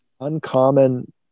uncommon